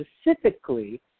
specifically